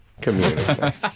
community